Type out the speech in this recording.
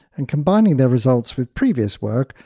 and combining their results with previous work,